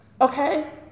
okay